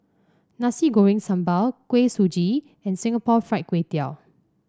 Nasi Goreng Sambal Kuih Suji and Singapore Fried Kway Tiao